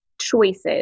choices